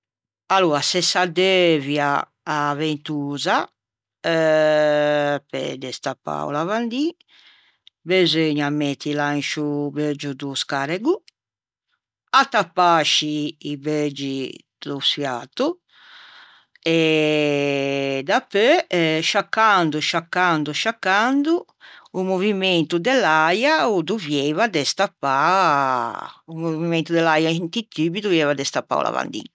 Aloa se s'addeuvia a ventosa pe destappâ o lavandin beseugna mettila in sciô beuggio do scarrego, attappâ ascì i beuggi do sfiato e dapeu sciaccando, sciaccando, sciaccando, o movimento de l'äia o dovieiva destappâ, o movimento de l'äia inti tubbi o dovieiva destappâ o lavandin.